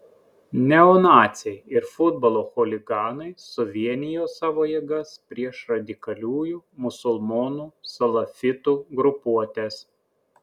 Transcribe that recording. neonaciai ir futbolo chuliganai suvienijo savo jėgas prieš radikaliųjų musulmonų salafitų grupuotes